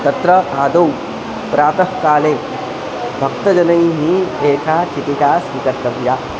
तत्र आदौ प्रातःकाले भक्तजनैः एका चितिका स्वीकर्तव्या